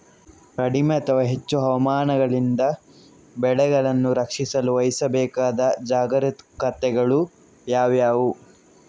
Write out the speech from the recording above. ಕಡಿಮೆ ಅಥವಾ ಹೆಚ್ಚು ಹವಾಮಾನಗಳಿಂದ ಬೆಳೆಗಳನ್ನು ರಕ್ಷಿಸಲು ವಹಿಸಬೇಕಾದ ಜಾಗರೂಕತೆಗಳು ಯಾವುವು?